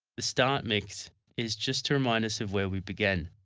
the start mix is just to remind us of where we began.